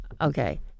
okay